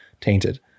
tainted